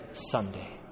Sunday